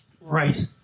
right